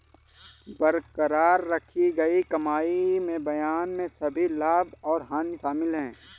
बरकरार रखी गई कमाई में बयान में सभी लाभ और हानि शामिल हैं